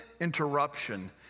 interruption